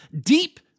deep